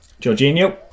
Jorginho